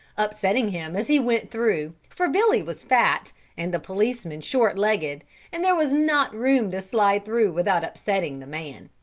upsetting him as he went through for billy was fat and the policeman short-legged and there was not room to slide through without upsetting the man.